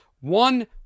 One